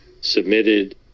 submitted